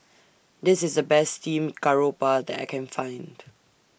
This IS The Best Steamed Garoupa that I Can Find